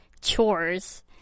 chores